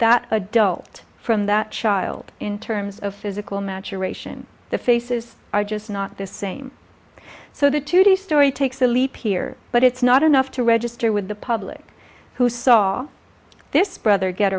that adult from that child in terms of physical maturation the faces are just not the same so the tutti story takes a leap here but it's not enough to register with the public who saw this brother get